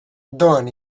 doan